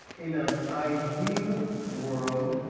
in an ideal world,